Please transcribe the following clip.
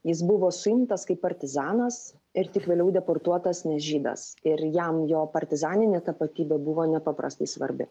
jis buvo suimtas kaip partizanas ir tik vėliau deportuotas nes žydas ir jam jo partizaninė tapatybė buvo nepaprastai svarbi